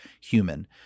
human